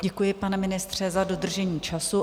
Děkuji, pane ministře, za dodržení času.